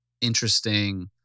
interesting